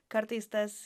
kartais tas